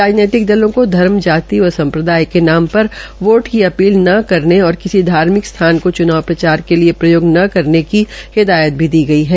राजनैतिक दलों को धर्म जाति व संप्रदाय के नाम पर वोट की अपील न करने और किसी धार्मिक स्थान को चुनाव प्रचार के लिए प्रयोग न करने की हिदायत दी है